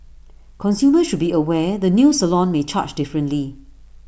consumers should be aware the new salon may charge differently